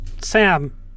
Sam